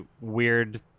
weird